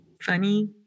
funny